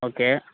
okay